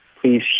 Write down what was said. please